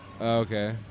okay